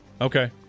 Okay